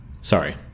Sorry